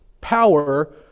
power